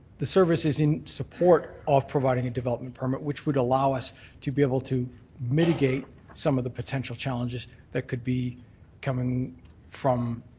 the service is in support of providing a development permit which would allow us to be able to mitigate some of the potential challenges that could be coming from